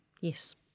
Yes